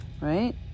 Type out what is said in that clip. right